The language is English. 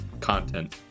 content